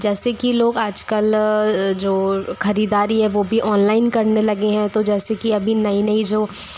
जैसे कि लोग आजकल जो खरीदारी है वो भी ऑनलाइन करने लगे हैं तो जैसे कि अभी नई नई जो